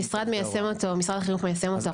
משרד החינוך מיישם אותו.